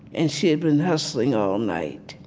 and she had been hustling all night.